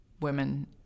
women